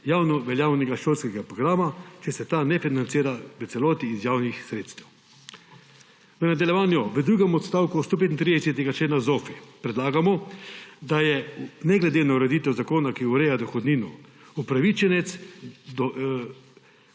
javnoveljavnega šolskega programa, če se ta ne financirala v celoti iz javnih sredstev. V nadaljevanju v drugem odstavku 135. člena ZOFVI predlagamo, da je ne glede na ureditev zakona, ki ureja dohodnino, upravičenec